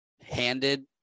handed –